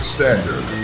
Standard